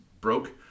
broke